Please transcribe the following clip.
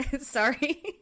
Sorry